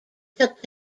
took